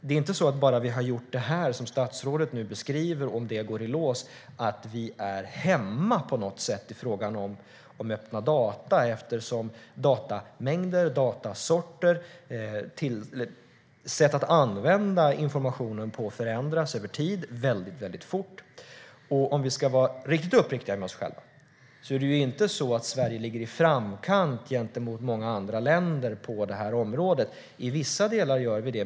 Det är inte så att bara vi har gjort det som statsrådet nu beskriver, om det nu går i lås, är hemma på något sätt i frågan om öppna data. Datamängder, datasorter och sättet att använda informationen på förändras över tid väldigt fort. Om vi ska vara riktigt uppriktiga med oss själva är det inte så att Sverige ligger i framkant gentemot många andra länder på detta område. I vissa delar gör vi det.